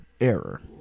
error